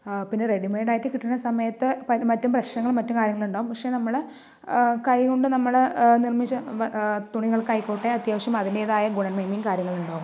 പിന്നെ റെഡിമെയ്ഡ് ആയിട്ട് കിട്ടുന്ന സമയത് മറ്റ് പ്രശ്നങ്ങളും മറ്റു കാര്യങ്ങളും ഉണ്ടാകും പക്ഷെ നമ്മള് കൈകൊണ്ട് നമ്മൾ നിർമ്മിച്ച തുണികൾക്ക് ആയിക്കോട്ടെ അത്യാവശ്യം അതിൻ്റെതായ ഗുണമേന്മയും കാര്യങ്ങളും ഉണ്ടാകും